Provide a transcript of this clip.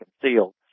concealed